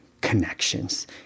connections